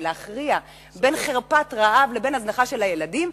הצורך להכריע בין חרפת רעב להזנחה של הילדים,